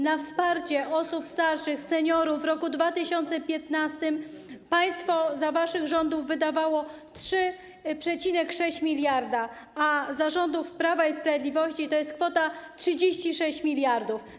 Na wsparcie osób starszych, seniorów, w roku 2015 państwo za waszych rządów wydawało 3,6 mld, a za rządów Prawa i Sprawiedliwości to jest kwota 36 mld.